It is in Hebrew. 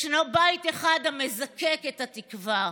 ישנו בית אחד המזקק את התקווה: